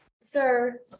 Sir